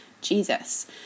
Jesus